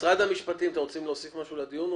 משרד המשפטים, אתם רוצים להוסיף משהו לדיון?